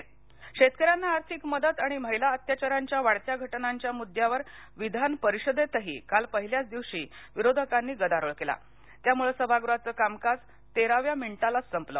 विधानपरिषद शेतकऱ्यांना आर्थिक मदत आणि महिला अत्याचारांच्या वाढत्या घटनांच्या मुद्द्यांवर विधानपरिषदेतही काल पहिल्याच दिवशी विरोधकांनी गदारोळ केला त्यामुळे सभागृहाचं कामकाज तेराव्या मिनिटालाच संपलं